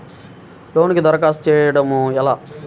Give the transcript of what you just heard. లోనుకి దరఖాస్తు చేయడము ఎలా?